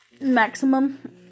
maximum